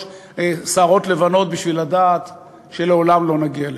שערות לבנות בשביל לדעת שלעולם לא נגיע לזה,